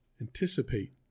anticipate